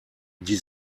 die